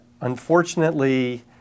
Unfortunately